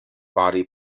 body